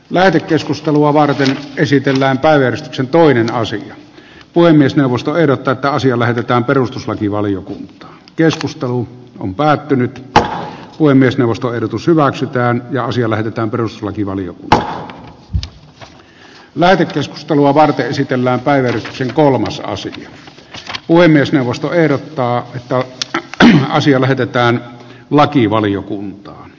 lähetekeskustelua varten esitellään päivystyksen toimintaa sekä puhemiesneuvosto ehdottaa että asia lähetetään perustuslakivaliokunta keskustelu on päättynyt että puhemiesneuvosto ehdotus hyväksytään ja osia lähetetään peruslakivaliokunta määräkeskustelua varten esitellään päivitykset kolmasosan puhemiesneuvosto ehdottaa että asia lähetetään lakivaliokuntaan